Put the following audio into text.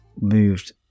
moved